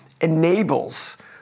enables